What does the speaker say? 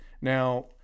Now